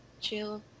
chill